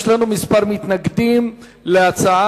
יש לנו כמה מתנגדים להצעת